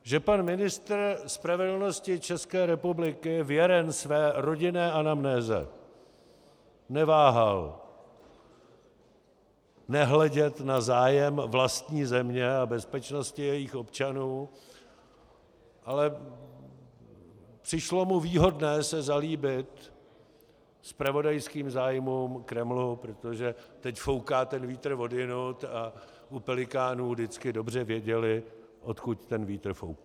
Že pan ministr spravedlnosti České republiky věren své rodinné anamnéze neváhal nehledět na zájem vlastní země a bezpečnosti jejích občanů, ale přišlo mu výhodné se zalíbit zpravodajským zájmům Kremlu, protože teď fouká ten vítr odjinud a u Pelikánů vždycky dobře věděli, odkud ten vítr fouká.